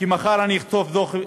כי מחר אני אחטוף דוח,